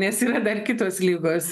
nes yra dar kitos ligos